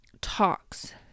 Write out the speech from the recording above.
talks